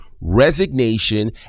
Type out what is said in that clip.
resignation